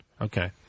Okay